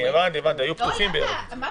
מה פתאום?